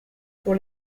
pour